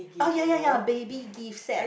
ah ya ya ya baby gift set